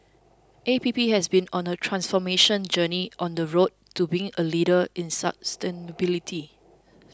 A P P has been on a transformation journey on the road to being a leader in sustainability